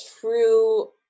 true